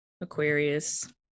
Aquarius